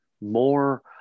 more